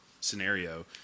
scenario